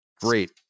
great